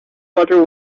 water